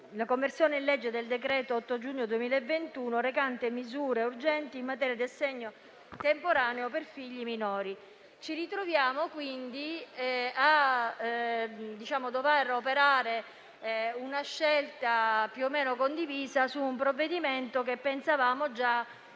la conversione in legge del decreto-legge 8 giugno 2021, n. 79, recante misure urgenti in materia di assegno temporaneo per figli minori. Ci ritroviamo quindi a dover operare una scelta, più o meno condivisa, su un provvedimento che pensavamo di